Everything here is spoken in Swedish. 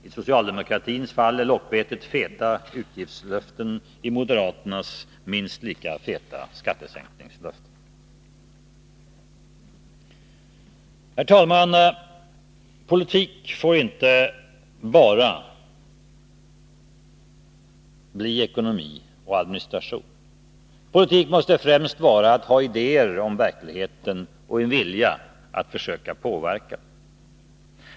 I socialdemokratins fall är lockbetet feta utgiftslöften, i moderaternas minst lika feta skattesänkningslöften. Herr talman! Politik får inte bara bli ekonomi och administration. Politik måste främst vara att ha idéer om verkligheten och en vilja att försöka påverka den.